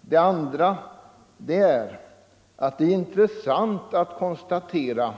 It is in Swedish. Det är också intressant att konstatera